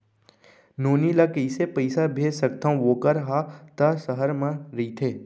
नोनी ल कइसे पइसा भेज सकथव वोकर हा त सहर म रइथे?